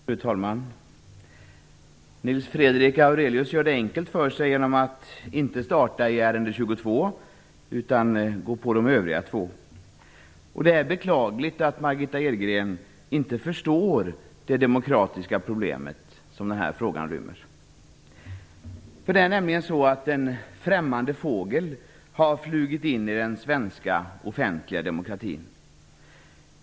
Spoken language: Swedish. Fru talman! Nils Fredrik Aurelius gör det enkelt för sig genom att inte börja med ärende 22 utan direkt gå in på de övriga två. Det är beklagligt att Margitta Edgren inte förstår det demokratiska problem som den här frågan rymmer. Det är nämligen en främmande fågel som har flugit in i den svenska offentliga demokratin.